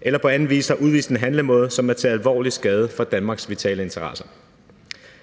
eller på anden vis har udvist en handlemåde, som er til alvorlig skade for Danmarks vitale interesser.